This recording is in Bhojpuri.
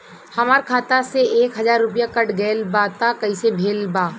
हमार खाता से एक हजार रुपया कट गेल बा त कइसे भेल बा?